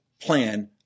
plan